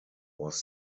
was